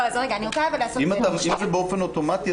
אם זה באופן אוטומטי,